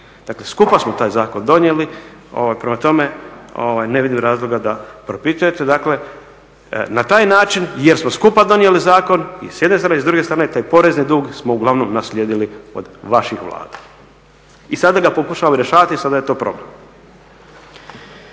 Dakle, skupa smo taj zakon donijeli. Prema tome, ne vidim razloga da propitujete. Dakle, na taj način jer smo skupa donijeli zakon, s jedne strane. I s druge strane taj porezni dug smo uglavnom naslijedili od vaših vlada i sada ga pokušavamo rješavati i sada je to problem.